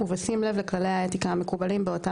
ובשים לב לכללי האתיקה המקובלים באותה